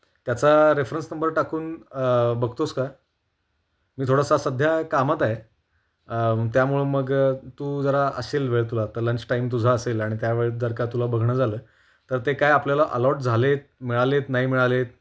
त्याचा reference number टाकून बघतोस का मी थोडासा सध्या कामात आहे त्यामुळे मग तू जरा असशील वेळ तुला आता लंच टाईम तुझा असेल आणि त्यावेळेत जर का तुला बघणं झालं तर ते काय आपल्याला अलॉट झाले आहेत मिळाले आहेत नाही मिळाले आहेत